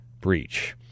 breach